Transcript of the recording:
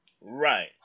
Right